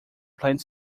plant